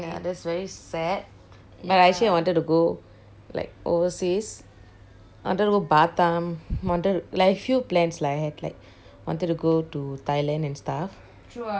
ya that's very sad but actually I wanted to go like overseas I wanted to go batam wanted to like few plans lah I have wanted to go to thailand and stuff